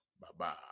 bye-bye